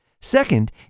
Second